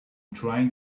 trying